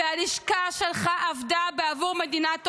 והלשכה שלך עבדה בעבור מדינת אויב.